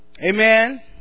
Amen